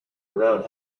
around